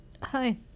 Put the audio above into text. Hi